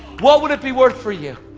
what would it be worth for you?